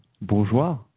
bourgeois